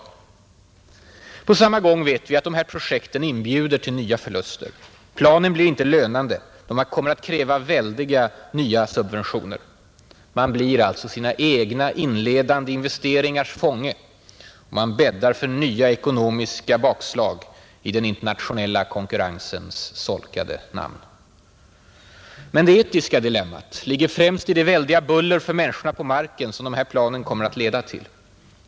På samma gång vet vi att de här projekten inbjuder till nya förluster. Planen blir inte lönande — de kommer att kräva väldiga, nya subventioner. Man blir alltså sina egna inledande investeringars fånge, Man bäddar för nya ekonomiska bakslag i den internationella konkurrensens solkade namn. Men det etiska dilemmat ligger främst i det väldiga buller för människorna på marken som de här planen kommer att leda till.